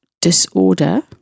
disorder